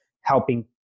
helping